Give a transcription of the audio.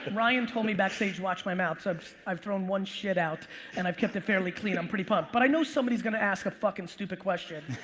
ryan told me back stage watch my mouth, so i've thrown one shit out and i've kept it fairly clean. i'm pretty pumped, but i know somebody's gonna ask a fuckin' stupid question.